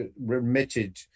remitted